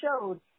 showed